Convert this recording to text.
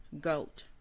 goat